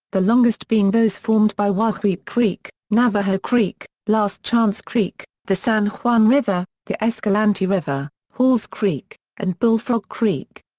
the longest being those formed by wahweap creek, navajo creek, last chance creek, the san juan river, the escalante river, halls creek, and bullfrog creek.